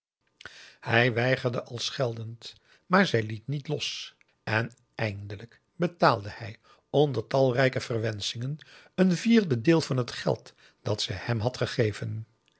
hij weigerde al scheldend maar zij liet niet los en eindelijk betaalde hij onder talrijke verwenschingen een vierde deel van het geld dat ze hem had gegeven